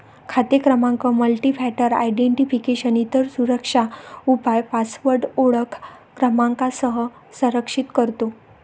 खाते क्रमांक multifactor identification, इतर सुरक्षा उपाय पासवर्ड ओळख क्रमांकासह संरक्षित करतो